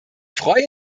freue